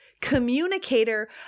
communicator